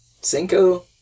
Cinco